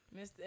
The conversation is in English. Mr